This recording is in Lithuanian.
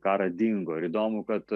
karą dingo ir įdomu kad